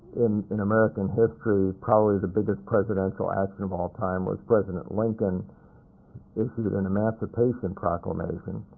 in in american history, probably the biggest presidential action of all time was president lincoln issued an emancipation proclamation,